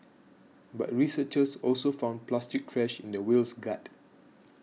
but researchers also found plastic trash in the whale's gut